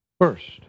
First